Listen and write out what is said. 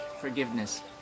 forgiveness